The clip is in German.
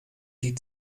die